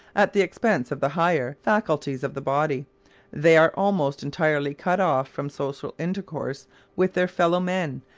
at the expense of the higher, faculties of the body they are almost entirely cut off from social intercourse with their fellow-men,